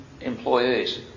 employees